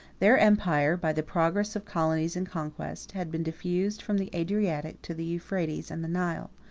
their empire, by the progress of colonies and conquest, had been diffused from the adriatic to the euphrates and the nile.